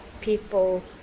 people